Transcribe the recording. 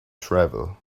travel